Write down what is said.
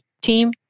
team